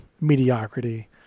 mediocrity